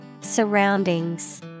Surroundings